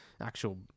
actual